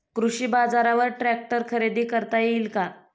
कृषी बाजारवर ट्रॅक्टर खरेदी करता येईल का?